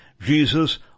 Jesus